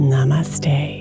Namaste